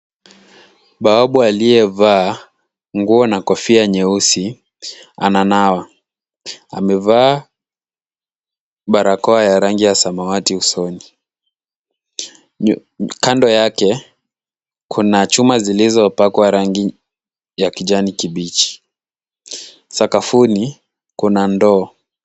Bawabu aliyevaa nguo na kofia nyeusi ananawa, amevaa barakoa ya rangi ya samawati usoni ,kando yake kuna chuma zilizopakwa rangi ya kijani kibichi, sakafuni kuna ndoo.